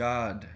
God